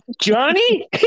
Johnny